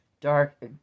dark